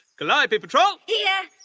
calliope patrol! yeah